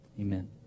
Amen